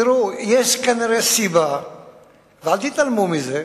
תראו, יש כנראה סיבה ואל תתעלמו מזה.